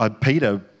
Peter